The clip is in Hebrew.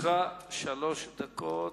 לרשותך שלוש דקות.